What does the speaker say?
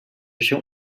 się